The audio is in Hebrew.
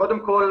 קודם כל,